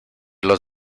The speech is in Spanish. los